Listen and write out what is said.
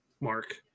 Mark